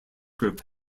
band